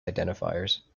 identifiers